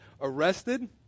arrested